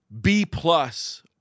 B-plus